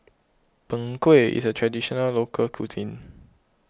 Png Kueh is a Traditional Local Cuisine